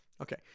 Okay